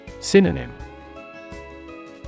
Synonym